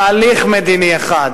תהליך מדיני אחד.